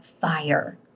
fire